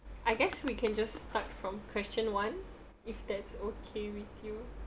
I guess we can just start from question one if that's okay with you